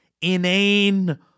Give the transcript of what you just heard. inane